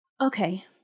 Okay